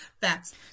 Facts